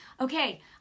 Okay